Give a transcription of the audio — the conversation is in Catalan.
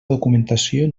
documentació